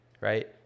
Right